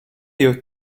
your